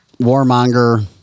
warmonger